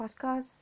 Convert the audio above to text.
podcast